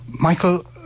Michael